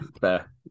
fair